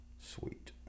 Sweet